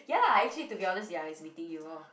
ya actually to be honest ya is meeting you orh